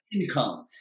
income